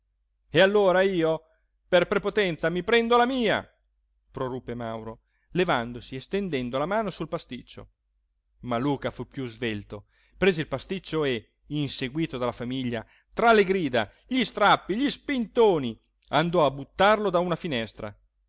e allora io per prepotenza mi prendo la mia proruppe mauro levandosi e stendendo la mano sul pasticcio ma luca fu piú svelto prese il pasticcio e inseguito dalla famiglia tra le grida gli strappi gli spintoni andò a buttarlo da una finestra